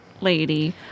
lady